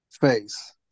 face